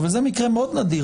אבל זה מקרה מאוד נדיר.